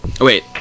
Wait